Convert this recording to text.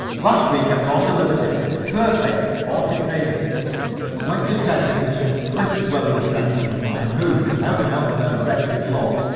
last week i caught a liberty a perfect forty-three and went to spend it with some cliff dwelling friends of mine who, heaven help their wretched lot!